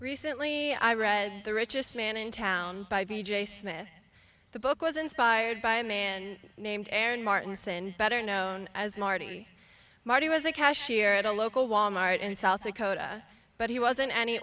recently i read the richest man in town by b j smith the book was inspired by a man named aaron martin saying better known as marty marty was a cashier at a local wal mart in south dakota but he wasn't any